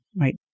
right